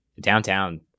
downtown